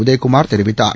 உதயகுமார் தெரிவித்தார்